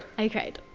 i cried.